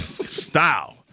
style